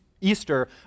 Easter